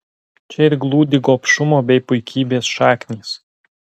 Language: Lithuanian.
čia ir glūdi gobšumo bei puikybės šaknys